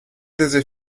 desde